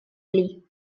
pli